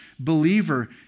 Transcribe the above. Believer